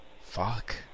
fuck